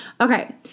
Okay